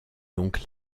donc